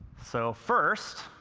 so first,